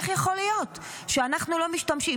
איך יכול להיות שאנחנו לא משתמשים,